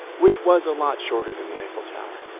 which was a lot shorter than the eiffel tower,